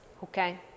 Okay